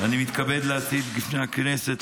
-- אני מתכבד להציג בפני הכנסת,